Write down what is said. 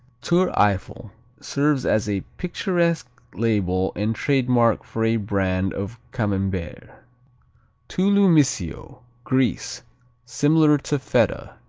tour eiffel serves as a picturesque label and trademark for a brand of camembert. touloumisio greece similar to feta.